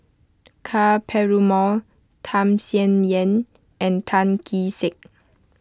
Ka Perumal Tham Sien Yen and Tan Kee Sek